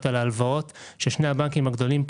על ההלוואות של שני הבנקים הגדולים,